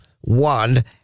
one